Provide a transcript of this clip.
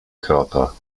körper